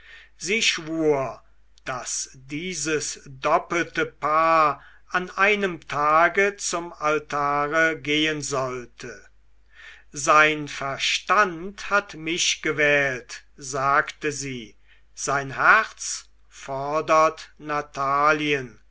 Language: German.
sie schwur daß dieses doppelte paar an einem tage zum altare gehen sollte sein verstand hat mich gewählt sagte sie sein herz fordert natalien